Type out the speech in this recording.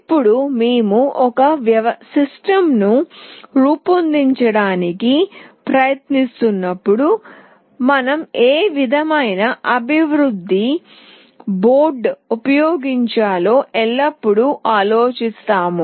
ఇప్పుడు మేము ఒక వ్యవస్థను రూపొందించడానికి ప్రయత్నించినప్పుడు మనం ఏ విధమైన అభివృద్ధి బోర్డుని ఉపయోగించాలో ఎల్లప్పుడూ ఆలోచిస్తాము